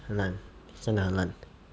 烂真的很烂